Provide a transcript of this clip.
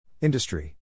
Industry